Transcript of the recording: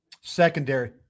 Secondary